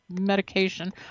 medication